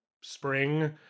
spring